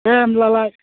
दे होनब्लालाय